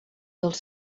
dels